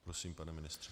Prosím, pane ministře.